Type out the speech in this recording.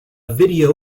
video